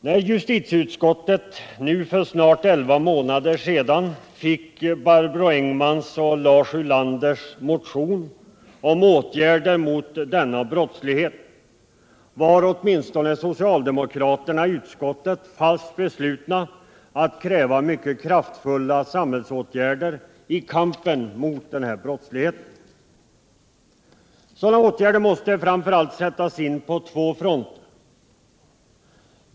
När justitieutskottet nu för snart 11 månader sedan fick Barbro Engmans och Lars Ulanders motion om åtgärder mot denna brottslighet, var åtminstone socialdemokraterna i utskottet fast beslutna att kräva mycket kraftfulla samhällsåtgärder i kampen mot denna brottslighet. Sådana åtgärder måste framför allt sättas in på två fronter.